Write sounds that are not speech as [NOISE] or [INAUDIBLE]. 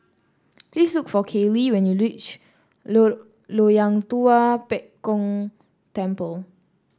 [NOISE] please look for Kailey when you reach [UNINTELLIGIBLE] Loyang Tua Pek Kong Temple